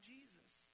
Jesus